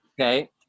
Okay